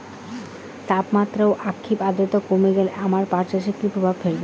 তাপমাত্রা ও আপেক্ষিক আদ্রর্তা কমে গেলে আমার পাট চাষে কী প্রভাব ফেলবে?